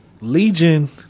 Legion